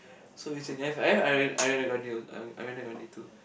so recently have I have Ariana Ariana Grande also Arianda-Grande too